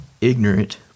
ignorant